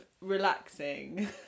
relaxing